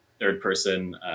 third-person